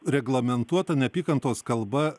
reglamentuota neapykantos kalba